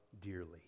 dearly